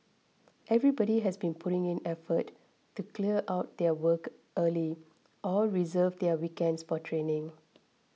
everybody has been putting in effort to clear out their work early or reserve their weekends for training